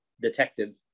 detective